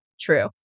true